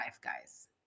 guys